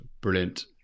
brilliant